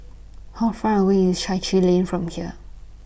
How Far away IS Chai Chee Lane from here